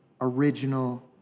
original